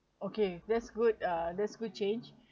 okay that's good uh that’s good change